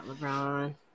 LeBron